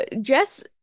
Jess